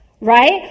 right